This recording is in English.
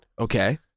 Okay